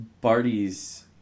Barty's